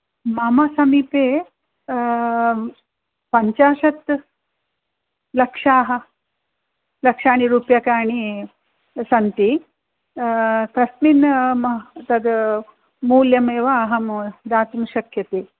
मम समीपे पञ्चाशत् लक्षाः लक्षानि रूप्यकाणि सन्ति तस्मिन् तद् मूल्यमेव अहं दातुं शक्यते